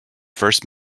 first